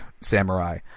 samurai